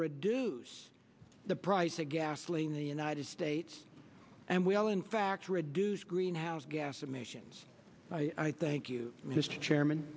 reduce the price of gasoline in the united states and we all in fact reduce greenhouse gas emissions by thank you mr chairman